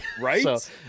Right